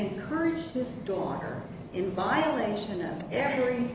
encourage his daughter in violation of every